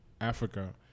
Africa